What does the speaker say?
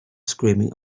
screaming